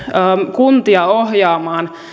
kuntia ohjaamaan